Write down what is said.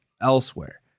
elsewhere